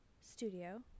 Studio